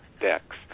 decks